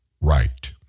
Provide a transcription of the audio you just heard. right